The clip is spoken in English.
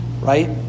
right